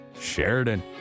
Sheridan